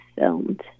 filmed